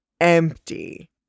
empty